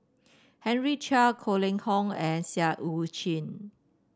Henry Chia Goh Kheng Long and Seah Eu Chin